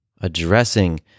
addressing